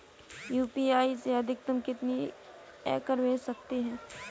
UPI से अधिकतम कितनी रकम भेज सकते हैं?